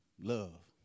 Love